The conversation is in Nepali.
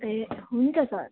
ए हुन्छ सर